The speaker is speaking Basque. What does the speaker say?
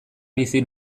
bizi